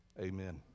Amen